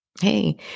hey